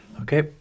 Okay